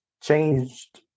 changed